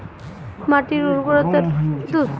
মাটির উর্বরতার উপর কী শস্য বৃদ্ধির অনুপাত নির্ভর করে?